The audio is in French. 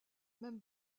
même